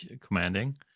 commanding